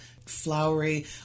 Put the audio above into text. flowery